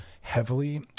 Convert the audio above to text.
heavily